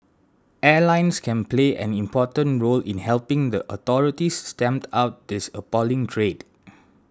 airlines can play an important role in helping the authorities stamp out this appalling trade